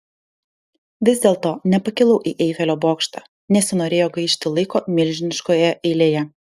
vis dėlto nepakilau į eifelio bokštą nesinorėjo gaišti laiko milžiniškoje eilėje